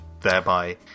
thereby